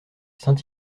saint